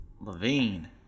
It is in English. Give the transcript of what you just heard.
Levine